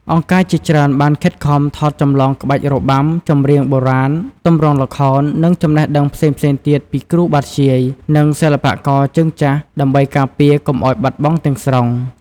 អង្គការជាច្រើនបានខិតខំថតចម្លងក្បាច់របាំ ចម្រៀងបុរាណ ទម្រង់ល្ខោន និងចំណេះដឹងផ្សេងៗទៀតពីគ្រូបាធ្យាយ និងសិល្បករជើងចាស់ ដើម្បីការពារកុំឱ្យបាត់បង់ទាំងស្រុង។